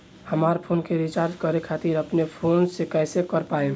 हमार फोन के रीचार्ज करे खातिर अपने फोन से कैसे कर पाएम?